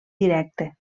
directe